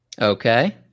Okay